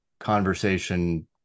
conversation